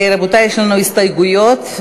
רבותי, יש לנו הסתייגויות.